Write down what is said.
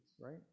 right